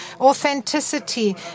Authenticity